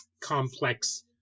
complex